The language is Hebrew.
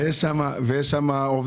יש שם עובדים.